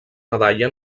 medalla